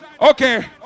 Okay